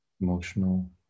emotional